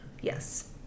Yes